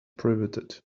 prohibited